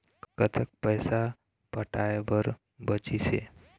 कतक पैसा पटाए बर बचीस हे?